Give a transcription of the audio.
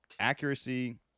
Accuracy